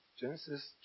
Genesis